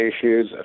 issues